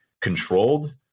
controlled